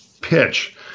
pitch